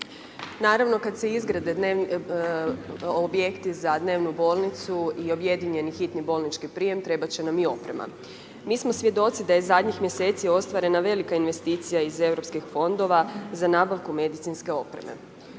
Naravno kad se izgrade objekti za dnevnu bolnicu i objedinjeni hitni bolnički prijem trebat će nam i oprema. Mi smo svjedoci da je zadnjih mjeseci ostvarena velika investicija iz Europskih fondova za nabavku medicinske opreme.